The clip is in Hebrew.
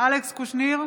אלכס קושניר,